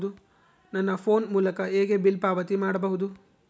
ನನ್ನ ಫೋನ್ ಮೂಲಕ ಹೇಗೆ ಬಿಲ್ ಪಾವತಿ ಮಾಡಬಹುದು?